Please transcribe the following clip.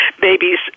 babies